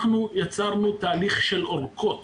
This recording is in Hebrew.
אנחנו יצרנו תהליך של אורכות